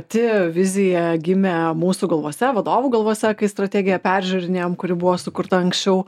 pati vizija gimė mūsų galvose vadovų galvose kai strategiją peržiūrinėjom kuri buvo sukurta anksčiau